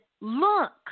look